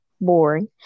boring